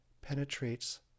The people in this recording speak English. penetrates